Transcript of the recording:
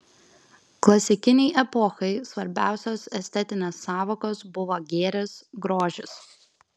klasikinei epochai svarbiausios estetinės sąvokos buvo gėris grožis